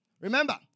Remember